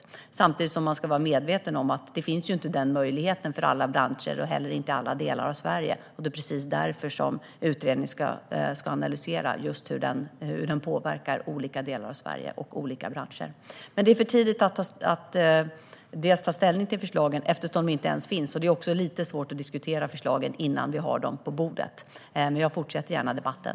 Man ska samtidigt vara medveten om att denna möjlighet inte finns för alla branscher och heller inte i alla delar av Sverige. Det är också därför som utredningen ska analysera hur denna skatt skulle påverka olika branscher och olika delar av Sverige. Det är dock för tidigt att ta ställning till förslagen, eftersom de ännu inte finns. Det är också lite svårt att diskutera förslagen innan vi har dem på bordet, men jag fortsätter gärna debatten.